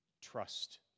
trust